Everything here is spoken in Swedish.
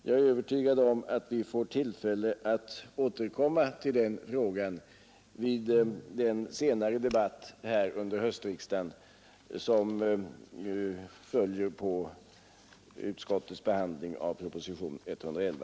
Jag är övertygad om att vi får tillfälle att återkomma till den frågan i den debatt som senare under höstriksdagen följer på utskottets behandling av propositionen 111.